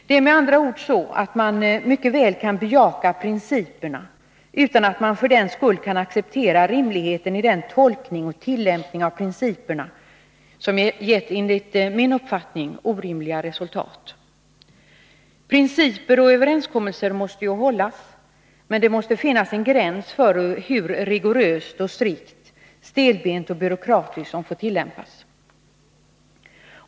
Det är med andra ord så att man mycket väl kan bejaka principerna utan att man för den skull accepterar rimligheten i den tolkning och tillämpning av principerna som gett enligt min uppfattning orimliga resultat. Principer och överenskommelser måste ju hållas, men det måste finnas en gräns för hur rigoröst och strikt, stelbent och byråkratiskt de får tillämpas.